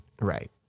right